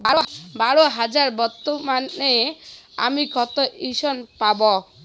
বারো হাজার বেতনে আমি কত ঋন পাব?